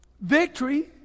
victory